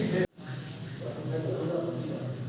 ढलान भुइयां म खेती हो जाही का?